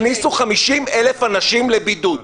הכניסו 50,000 אנשים לבידוד,